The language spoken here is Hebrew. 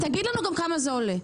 תגיד לנו גם כמה זה עולה,